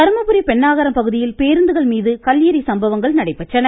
தர்மபுரி பெண்ணாகரம் பகுதியில் பேருந்துகள் மீது கல் எறி சம்பவங்கள் நடைபெற்றன